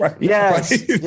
Yes